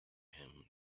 him